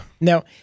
No